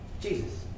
Jesus